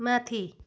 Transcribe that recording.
माथि